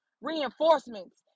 reinforcements